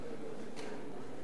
בהחלט בחיל ורעדה,